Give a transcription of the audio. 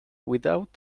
without